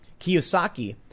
Kiyosaki